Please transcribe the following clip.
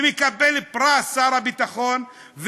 מקבל פרס שר הביטחון,